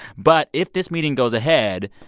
but if this meeting goes ahead,